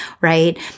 right